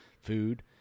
food